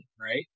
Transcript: right